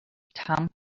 tom